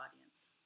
audience